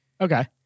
Okay